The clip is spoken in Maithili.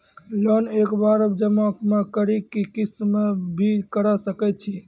लोन एक बार जमा म करि कि किस्त मे भी करऽ सके छि?